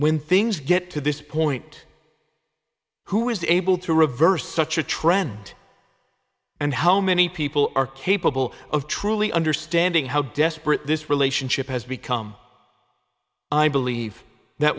when things get to this point who is able to reverse such a trend and how many people are capable of truly understanding how desperate this relationship has become i believe that